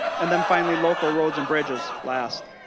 and then finally local roads and bridges last.